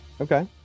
Okay